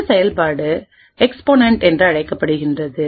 இந்த செயல்பாடு எக்ஸ்போனென்ட் என்று அழைக்கப்படுகிறது